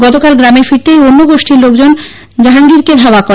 গতকাল গ্রামে ফিরতেই অন্য গোষ্ঠীর লোকজন জাহাঙ্গীরকে ধাওয়া করে